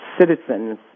citizens